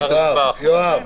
יואב,